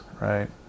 right